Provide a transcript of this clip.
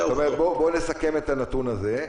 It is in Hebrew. בואו נסכם את הנתון הזה.